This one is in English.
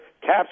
caps